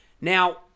Now